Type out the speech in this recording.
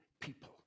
people